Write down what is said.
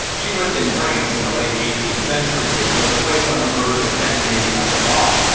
she lived in france in the late eighteenth century, which was a place on the verge of detonating like a bomb.